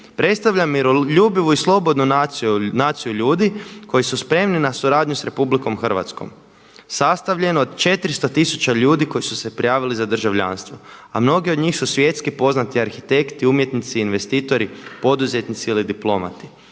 Predstavljam miroljubivu i slobodnu naciju ljudi koji su spremni na suradnju sa Republikom Hrvatskom sastavljenu od 400 tisuća ljudi koji su se prijavili za državljanstvo a mnogi od njih su svjetski poznati arhitekti, umjetnici, investitori, poduzetnici ili diplomati.